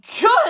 Good